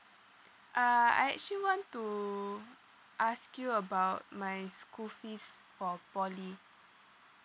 uh I actually want to ask you about my school fees for poly